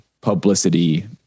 publicity